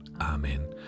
Amen